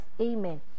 Amen